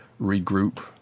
regroup